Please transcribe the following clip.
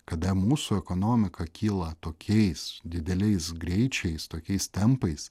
kada mūsų ekonomika kyla tokiais dideliais greičiais tokiais tempais